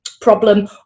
problem